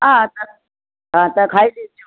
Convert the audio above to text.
हा तव्हां हा तव्हां त खाई ॾिसजो